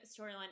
storyline